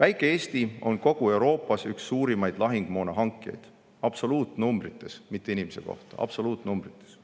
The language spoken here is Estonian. Väike Eesti on kogu Euroopas üks suurimaid lahingumoona hankijaid, absoluutnumbrites. Mitte inimese kohta, vaid absoluutnumbrites.